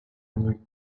anvioù